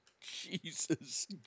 Jesus